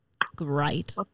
great